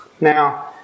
Now